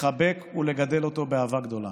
לחבק ולגדל אותו באהבה גדולה.